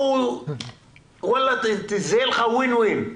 זה יהיה לך Win-win.